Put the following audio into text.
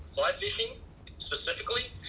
fly fishing specifically.